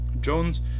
Jones